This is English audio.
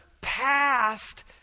past